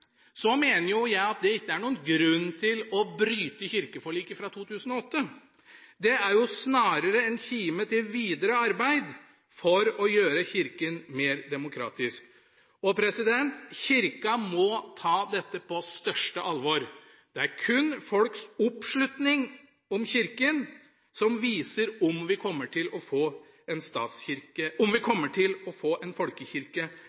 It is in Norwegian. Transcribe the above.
mener jeg at det ikke er noen grunn til å bryte kirkeforliket fra 2008. Det er snarere en inspirasjon til videre arbeid for å gjøre Kirka mer demokratisk. Kirka må ta dette på største alvor. Det er kun folks oppslutning om Kirka som viser om vi kommer til å få ei folkekirke, eller ikke. Jeg kommer til å stemme for grunnlovsendringene i dag. Debatten rundt de historiske endringene vi